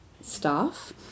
staff